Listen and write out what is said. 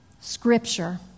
Scripture